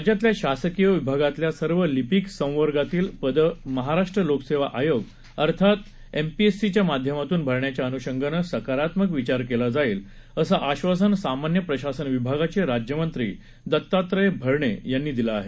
राज्यातल्या शासकीय विभागातल्या सर्व लिपिक संवर्गातील पदं महाराष्ट्र लोकसेवा आयोग अर्थात एमपीएससीच्या माध्यमातून भरण्याच्या अनुषगानं सकारात्मक विचार केला जाईल असं आश्वासन सामान्य प्रशासन विभागाचे राज्यमंत्री दत्तात्रय भरणे यांनी दिलं आहे